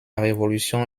révolution